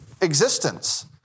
existence